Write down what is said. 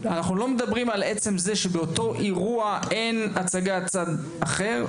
אנחנו לא מדברים על עצם זה שבאותו אירוע אין הצגת צד אחר,